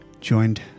joined